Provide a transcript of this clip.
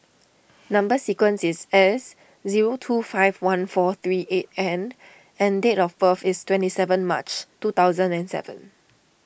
Number Sequence is S zero two five one four three eight N and date of birth is twenty seven March two thousand and seven